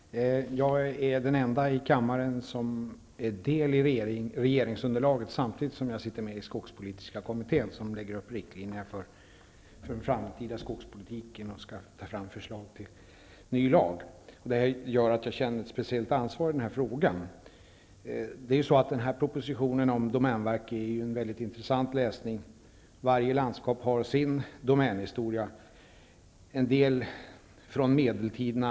Herr talman! Jag är den ende här i kammaren som är en del av regeringsunderlaget och samtidigt sitter med i den skogspolitiska kommitten, som drar upp riktlinjer för den framtida skogspolitiken och som skall ta fram ett förslag till en ny lag. Det gör att jag känner ett speciellt ansvar för den här frågan. Den här propositionen, som handlar om domänverket, är en mycket intressant läsning. Varje landskap har sin domänhistoria. En del är från medeltiden.